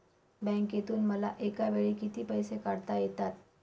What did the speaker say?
बँकेतून मला एकावेळी किती पैसे काढता येतात?